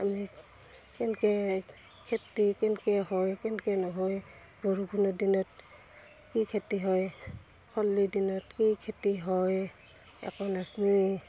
আমি কেনকে খেতি কেনকে হয় কেনকে নহয় বৰষুণৰ দিনত কি খেতি হয় খৰলিৰ দিনত কি খেতি হয় একো নাজনেই